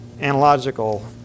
analogical